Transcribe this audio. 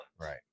right